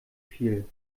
viel